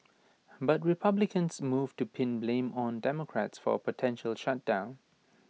but republicans moved to pin blame on democrats for A potential shutdown